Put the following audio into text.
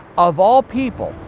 of all people,